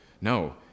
No